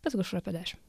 bet kažkur apie dešim